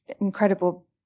incredible